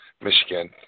Michigan